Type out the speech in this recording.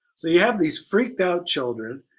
so you have these freaked out children,